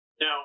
Now